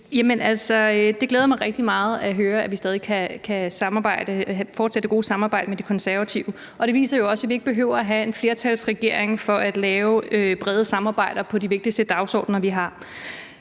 det glæder mig rigtig meget at høre, at vi stadig kan fortsætte det gode samarbejde med De Konservative. Det viser jo også, at vi ikke behøver at have en flertalsregering for at lave brede samarbejder om de vigtigste dagsordener, vi har.